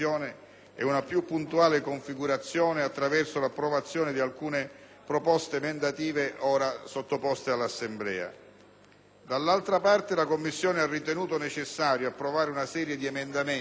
e una più puntuale configurazione, attraverso l'approvazione di alcune proposte emendative ora sottoposte all'Assemblea. Dall'altra parte, la Commissione ha ritenuto necessario approvare una serie di emendamenti